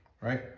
right